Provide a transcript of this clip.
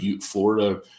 Florida